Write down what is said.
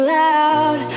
loud